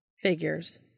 Figures